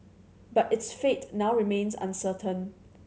but its fate now remains uncertain